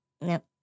Nope